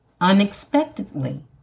unexpectedly